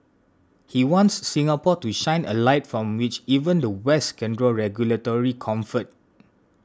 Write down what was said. he wants Singapore to shine a light from which even the West can draw regulatory comfort